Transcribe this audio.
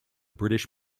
british